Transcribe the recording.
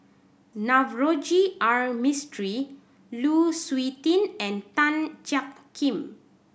Navroji R Mistri Lu Suitin and Tan Jiak Kim